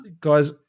Guys